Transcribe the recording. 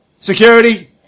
Security